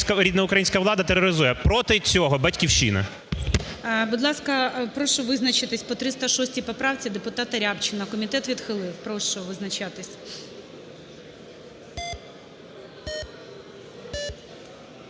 рідна українська влада тероризує. Проти цього "Батьківщина". ГОЛОВУЮЧИЙ. Будь ласка, прошу визначитися по 306 поправці депутата Рябчина. Комітет відхилив. Прошу визначатися.